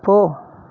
போ